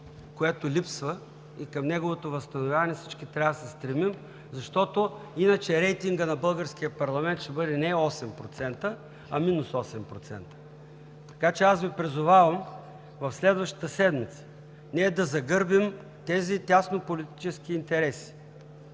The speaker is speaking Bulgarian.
което липсва и към неговото възстановяване всички трябва да се стремим, защото иначе рейтингът на българския парламент ще бъде не 8%, а минус 8%. Призовавам Ви в следващата седмица да загърбим тези тяснополитически интереси